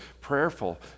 prayerful